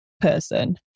person